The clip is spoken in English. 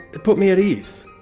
put me at ease.